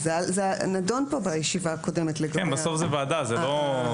זה נדון פה בישיבה הקודמת, לגבי חוות-דעת.